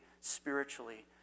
spiritually